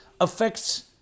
affects